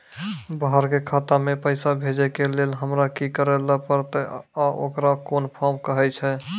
बाहर के खाता मे पैसा भेजै के लेल हमरा की करै ला परतै आ ओकरा कुन फॉर्म कहैय छै?